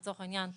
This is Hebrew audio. לצורך העניין,